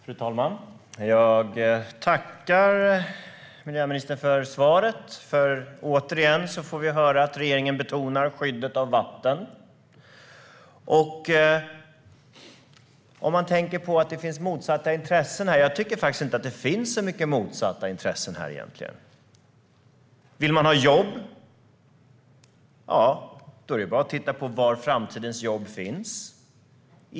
Fru talman! Jag tackar miljöministern för svaret. Återigen har vi fått höra att regeringen betonar skyddet av vatten. Man säger att det finns motsatta intressen. Jag tycker faktiskt inte att det finns så mycket motsatta intressen egentligen. Vill man ha jobb? Då är det bara att titta på var framtidens jobb finns.